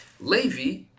Levi